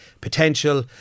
potential